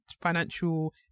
financial